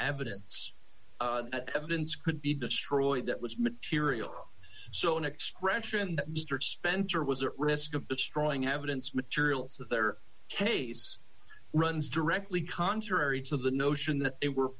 evidence evidence could be destroyed that was material so an expression that mister spencer was at risk of destroying evidence materials that their case runs directly contrary to the notion that it were